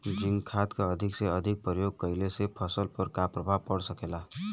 Zinc खाद क अधिक से अधिक प्रयोग कइला से फसल पर का प्रभाव पड़ सकेला?